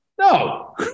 No